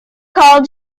called